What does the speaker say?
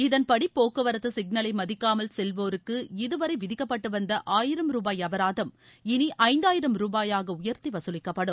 இதன்படி போக்குவரத்து சிக்னலை மதிக்காமல் செல்வோருக்கு இதுவரை விதிக்கப்பட்டு வந்த ஆயிரம் ரூபாய் அபராதம் இனி ஐந்தாயிரம் ரூபாயாக உயர்த்தி வசூலிக்கப்படும்